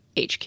HQ